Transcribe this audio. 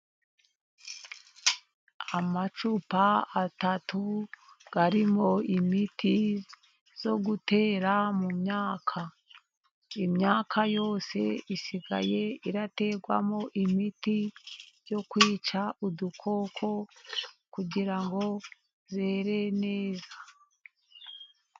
Amacupa atatu arimo imiti yo gutera mu myaka. Imyaka yose isigaye iraterwamo imiti yo kwica udukoko, kugira ngo yere neza.